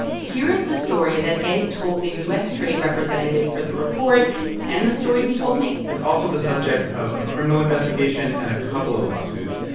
here is the story that ed told the u s. trade representative for the report and the story he told me it's also the subject of a criminal investigation and a couple of lawsuits.